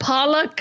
Paula